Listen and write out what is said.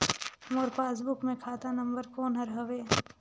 मोर passbook मे खाता नम्बर कोन हर हवे?